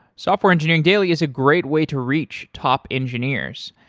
software engineering daily is a great way to reach top engineers.